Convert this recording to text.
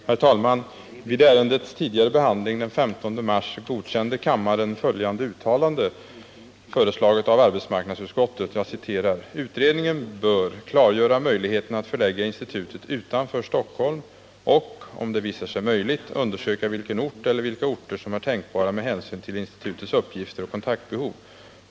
Herr talman! Vid ärendets tidigare behandling den 15 mars godkände kammaren följande uttalande av arbetsmarknadsutskottet: ”Utredningen bör klargöra möjligheterna att förlägga institutet utanför Stockholm och, om så visar sig möjligt, undersöka vilken ort eller vilka orter som är tänkbara med hänsyn till institutets uppgifter och kontaktbehov.